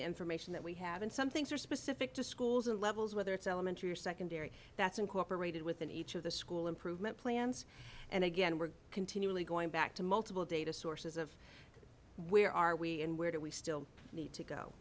the information that we have and some things are specific to schools and levels whether it's elementary or secondary that's incorporated within each of the school improvement plans and again we're continually going back to multiple data sources of where are we and where do we still need to go